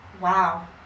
wow